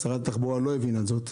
שרת התחבורה לא הבינה זאת.